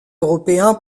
européen